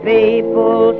People